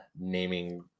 naming